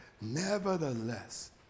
Nevertheless